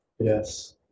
Yes